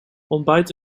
ontbijt